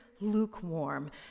lukewarm